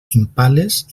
impales